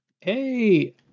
hey